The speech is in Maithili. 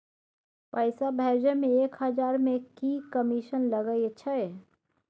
पैसा भैजे मे एक हजार मे की कमिसन लगे अएछ?